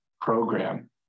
program